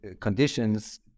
conditions